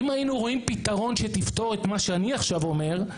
אם היינו רואים פתרון שתפתור את מה שאני עכשיו אומר,